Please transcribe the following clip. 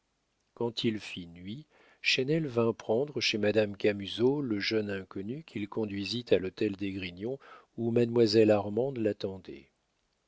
quand il fit nuit chesnel vint prendre chez madame camusot le jeune inconnu qu'il conduisit à l'hôtel d'esgrignon où mademoiselle armande l'attendait